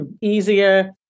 easier